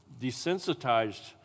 desensitized